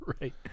Right